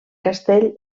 castell